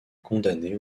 condamné